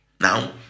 Now